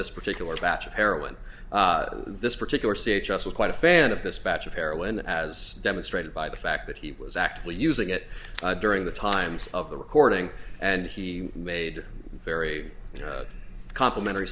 this particular batch of heroin this particular c h s was quite a fan of this batch of heroin as demonstrated by the fact that he was actually using it during the times of the recording and he made very complimentary